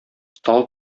тал